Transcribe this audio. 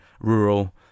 rural